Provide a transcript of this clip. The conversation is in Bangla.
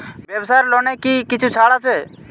ব্যাবসার লোনে কি কিছু ছাড় আছে?